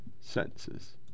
sentences